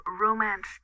romance